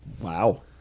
Wow